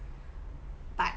but